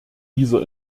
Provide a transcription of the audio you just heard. dieser